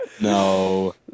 No